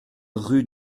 rue